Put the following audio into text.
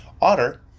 Otter